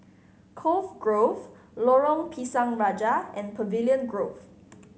Cove Grove Lorong Pisang Raja and Pavilion Grove